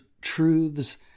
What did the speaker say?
truths